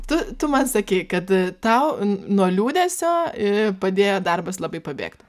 tu tu man sakei kad tau nuo liūdesio padėjo darbas labai pabėgt